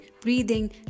breathing